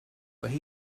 where